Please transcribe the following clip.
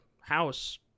house